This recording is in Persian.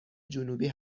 جنوبی